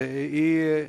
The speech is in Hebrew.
יוסי פלדמן.